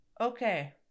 Okay